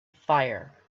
fire